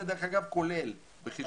זה דרך אגב כולל --- ארגונים בינלאומיים.